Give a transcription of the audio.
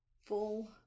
full